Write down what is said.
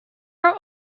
are